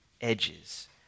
edges